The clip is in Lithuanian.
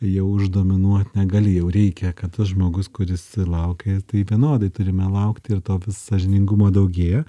jau uždominuot negali jau reikia kad tas žmogus kuris laukia tai vienodai turime laukti ir to vis sąžiningumo daugėja